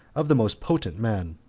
of the most potent men.